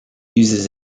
uses